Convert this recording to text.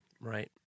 right